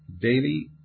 daily